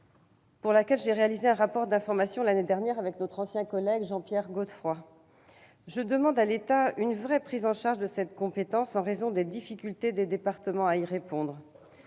l'année dernière, un rapport d'information avec notre ancien collègue Jean-Pierre Godefroy, je demande à l'État une vraie prise en charge de cette compétence, en raison des difficultés des départements à y répondre.